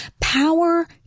power